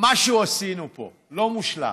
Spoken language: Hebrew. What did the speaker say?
משהו עשינו פה, לא מושלם.